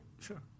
Sure